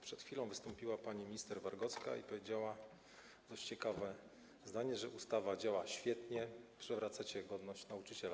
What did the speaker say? Przed chwilą wystąpiła pani minister Wargocka i powiedziała dość ciekawe zdanie - że ustawa działa świetnie, przywracacie godność nauczycielom.